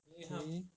okay